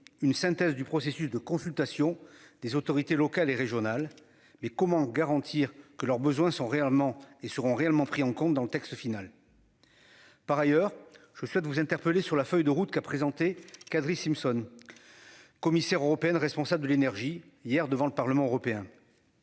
une synthèse du processus de consultation des autorités locales et régionales mais comment garantir que leurs besoins sont réellement et seront réellement pris en compte dans le texte final. Par ailleurs, je souhaite vous interpeller sur la feuille de route qu'a présenté Kadri Simpson. Commissaire européenne, responsable de l'énergie hier devant le Parlement européen.